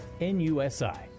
NUSI